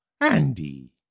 Andy